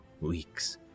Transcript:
weeks